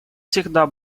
всегда